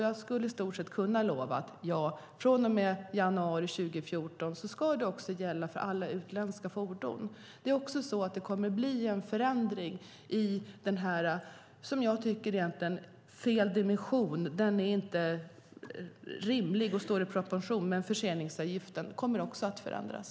Jag skulle i stort sett kunna lova att från och med januari 2014 ska det gälla också för alla utländska fordon. Det kommer även att bli en förändring i den som jag tycker feldimensionerade förseningsavgiften - den är inte rimlig och kommer att ändras.